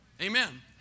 Amen